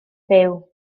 byw